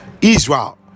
israel